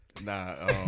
Nah